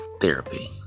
therapy